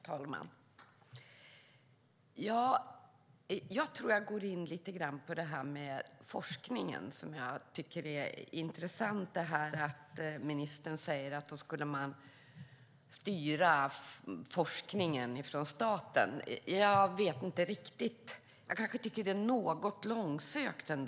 Herr talman! Jag tror att jag ska gå in lite grann på det här med forskningen, som jag tycker är intressant. Ministern säger att man då skulle styra forskningen från staten. Jag vet inte riktigt, men jag kanske tycker att det är något långsökt.